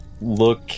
look